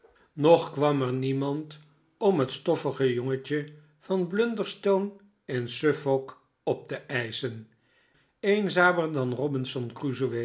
nog kwam er niemand om het stoffige jongetje van blunderstone in suffolk op te eischen eenzamer dan robinson